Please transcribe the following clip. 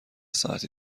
ساعتی